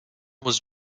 was